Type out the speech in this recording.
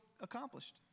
accomplished